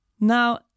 Now